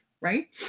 right